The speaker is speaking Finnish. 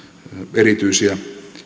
erityisiä